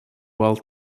while